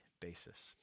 basis